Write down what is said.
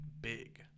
big